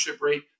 rate